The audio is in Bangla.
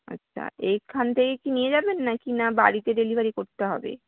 আচ্ছা এইখান থেকে কি নিয়ে যাবেন না কি না বাড়িতে ডেলিভারি করতে হবে